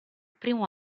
primo